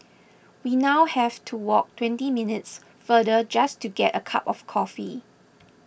we now have to walk twenty minutes farther just to get a cup of coffee